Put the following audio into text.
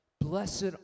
Blessed